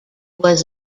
was